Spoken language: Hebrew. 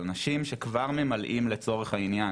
אבל אנשים שכבר ממלאים לצורך העניין,